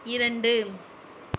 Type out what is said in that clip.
இரண்டு